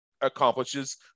accomplishes